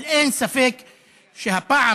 אבל אין ספק שהפעם,